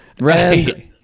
Right